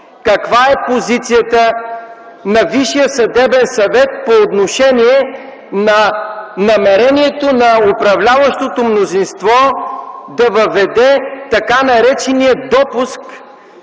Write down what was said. каква е позицията на Висшия съдебен съвет по отношение на намерението на управляващото мнозинство да въведе така наречения допуск